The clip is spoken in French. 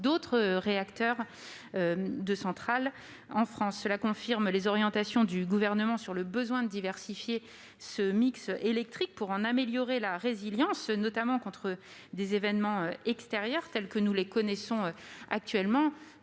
d'autres réacteurs de centrales en France. Cela confirme les orientations du Gouvernement sur le besoin de diversifier le mix électrique pour en améliorer la résilience, notamment face à des événements extérieurs tels que nous en connaissons actuellement.